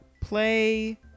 play